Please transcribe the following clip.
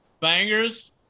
bangers